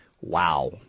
Wow